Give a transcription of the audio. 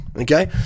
Okay